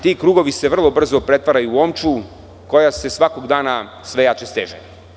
Ti krugovi se vrlo brzo pretvaraju u omču, koja se svakog dana sve jače steže.